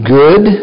good